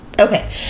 Okay